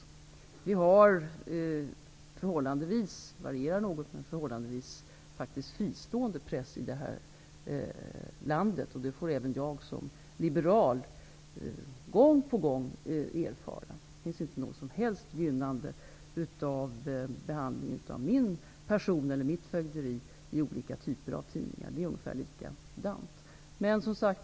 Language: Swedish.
Pressen är faktiskt -- det kan variera något -- förhållandevis fristående i vårt land. Det får även jag som liberal gång på gång erfara. Det förekommer inte något som helst gynnande av behandlingen av min person eller mitt fögderi i olika typer av tidningar, utan det är ungefär likadan behandling.